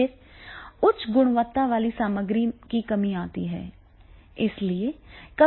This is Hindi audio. फिर उच्च गुणवत्ता वाली सामग्री की कमी आती है